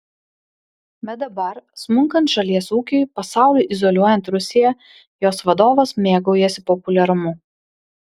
bet dabar smunkant šalies ūkiui pasauliui izoliuojant rusiją jos vadovas mėgaujasi populiarumu